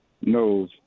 knows